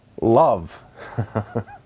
love